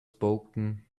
spoken